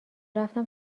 رفتم